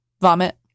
Vomit